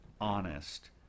honest